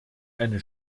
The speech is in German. eine